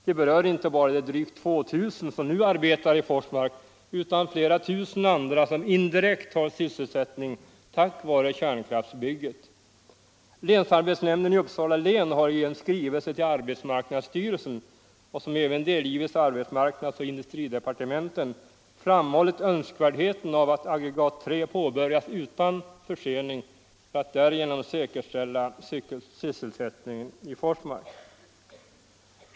Det berör inte bara de drygt 2000 som nu arbetar i Forsmark utan flera tusen andra som indirekt har sysselsättning tack vare kärnkraftsbygget. Länsarbetsnämnden i Uppsala län har i en skrivelse till arbetsmarknadsstyrelsen, vilken även delgivits arbetsmarknadsoch industridepartementen, framhållit önskvärdheten av att aggregat III påbörjas utan försening för att därigenom säkerställa sysselsättningen i Forsmark.